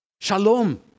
Shalom